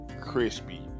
crispy